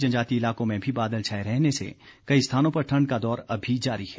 जनजातीय इलाकों में भी बादल छाए रहने से कई स्थानों पर ठण्ड का दौर अभी जारी है